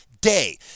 day